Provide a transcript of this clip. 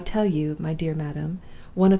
i tell you, my dear madam,